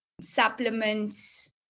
supplements